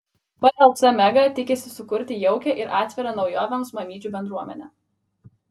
plc mega tikisi sukurti jaukią ir atvirą naujovėms mamyčių bendruomenę